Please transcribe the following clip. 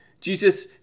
Jesus